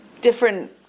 different